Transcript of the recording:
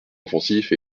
offensif